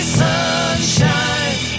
sunshine